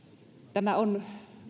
tämä on